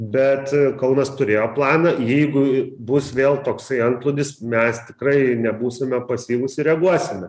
bet kaunas turėjo planą jeigu bus vėl toksai antplūdis mes tikrai nebūsime pasyvūs ir reaguosime